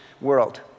world